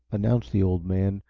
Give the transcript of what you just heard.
announced the old man,